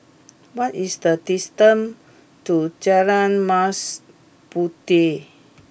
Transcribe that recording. what is the distance to Jalan Mas Puteh